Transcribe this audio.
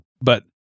but-